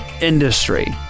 industry